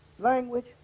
Language